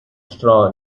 straw